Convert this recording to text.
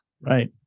Right